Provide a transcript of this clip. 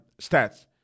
stats